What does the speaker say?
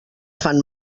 fan